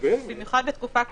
במיוחד בתקופה כזאת,